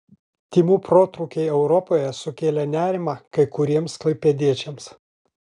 tymų protrūkiai europoje sukėlė nerimą kai kuriems klaipėdiečiams